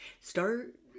Start